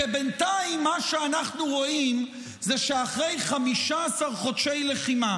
כי בינתיים מה שאנחנו רואים זה שאחרי 15 חודשי לחימה